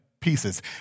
pieces